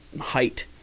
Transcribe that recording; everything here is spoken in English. height